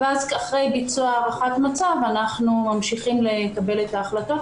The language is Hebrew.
ואז אחרי ביצוע הערכת מצב אנחנו ממשיכים לקבל החלטות,